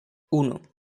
uno